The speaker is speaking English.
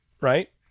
right